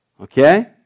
Okay